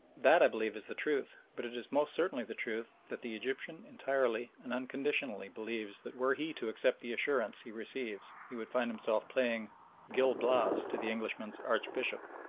that i believe is the truth, but it is most certainly the truth that the egyptian entirely and unconditionally believes that were he to accept the assurance he receives he would find himself playing gil blas to the englishman's archbishop.